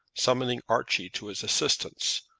summoning archie to his assistance,